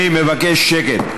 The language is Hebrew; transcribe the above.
אני מבקש שקט.